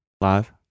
live